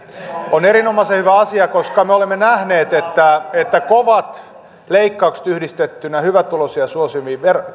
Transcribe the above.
on erinomaisen hyvä asia koska me olemme nähneet että että kovat leikkaukset yhdistettynä hyvätuloisia suosiviin